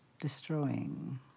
destroying